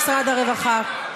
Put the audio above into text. משרד הרווחה.